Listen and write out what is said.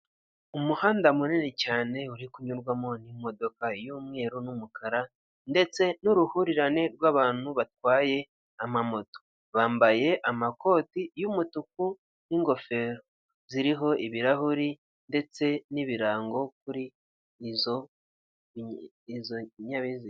Umuhanda munini cyane, uri kunyurwamo n'imodoka y'umweru n'umukara, ndetse n'uruhurirane rw'abantu batwaye amamoto. Bambaye amakoti y'umutuku, n'ingofero ziriho ibirahuri ndetse n'ibirango kuri izo nyabiziga.